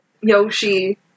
Yoshi